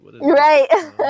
Right